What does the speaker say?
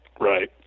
Right